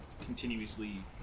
continuously